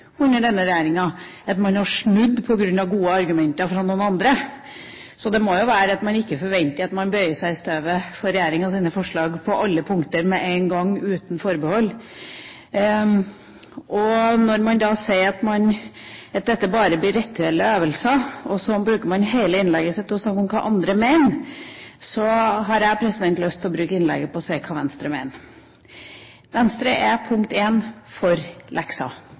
under denne regjeringa at man har snudd på grunn av gode argumenter fra noen andre. Da må man jo ikke forvente at man bøyer seg i støvet for regjeringas forslag på alle punkter med en gang, uten forbehold. Når man da sier at dette bare blir rituelle øvelser, og så bruker hele innlegget sitt til å snakke om hva andre mener, har jeg lyst til å bruke innlegget mitt til å si hva Venstre mener. Punkt én: Venstre er for lekser. Jeg tror det er en